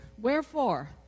Wherefore